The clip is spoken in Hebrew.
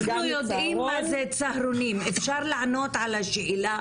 אנחנו יודעים מה זה צהרונים, אפשר לענות על השאלה?